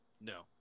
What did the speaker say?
No